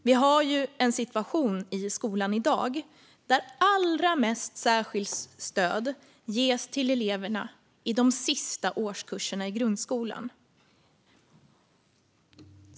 Vi har en situation i skolan i dag där allra mest särskilt stöd ges till eleverna i de sista årskurserna i grundskolan.